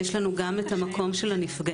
יש לנו גם המקום של הנפגעים,